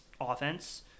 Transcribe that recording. offense